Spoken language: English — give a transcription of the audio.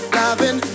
loving